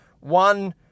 One